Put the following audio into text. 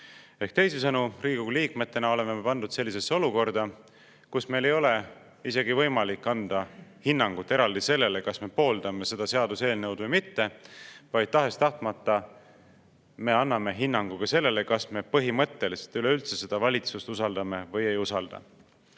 teisisõnu, meie Riigikogu liikmetena oleme pandud sellisesse olukorda, kus meil ei ole isegi võimalik anda hinnangut eraldi sellele, kas me pooldame seda seaduseelnõu või mitte, vaid tahes-tahtmata me anname hinnangu sellele, kas me põhimõtteliselt üleüldse seda valitsust usaldame või ei usalda.